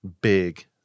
big